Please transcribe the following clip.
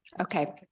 Okay